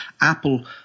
Apple